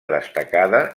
destacada